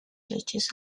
judges